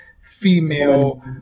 female